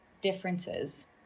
differences